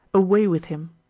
away with him.